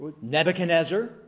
Nebuchadnezzar